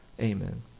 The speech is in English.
Amen